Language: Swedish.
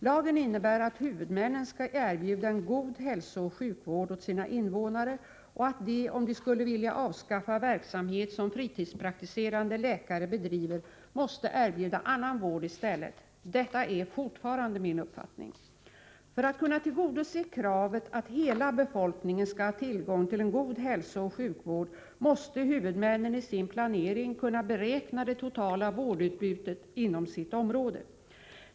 Lagen innebär att huvudmännen skall erbjuda en god hälsooch sjukvård åt sina invånare och att de, om de skulle vilja avskaffa verksamhet som fritidspraktiserande läkare bedriver, måste erbjuda annan vård i stället. Detta är fortfarande min uppfattning. För att kunna tillgodose kravet att hela befolkningen skall ha tillgång till en god hälsooch sjukvård måste huvudmännen i sin planering kunna beräkna det totala vårdutbudet inom sitt område.